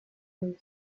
del